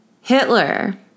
Hitler